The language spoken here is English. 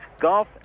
Golf